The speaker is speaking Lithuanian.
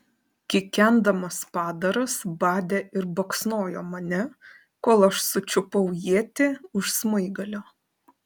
kikendamas padaras badė ir baksnojo mane kol aš sučiupau ietį už smaigalio